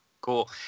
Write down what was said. cool